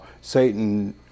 Satan